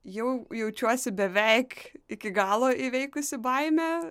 jau jaučiuosi beveik iki galo įveikusi baimę